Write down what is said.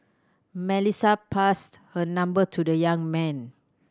Melissa passed her number to the young man